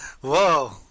Whoa